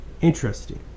interesting